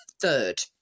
third